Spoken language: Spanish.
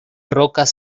rocas